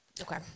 okay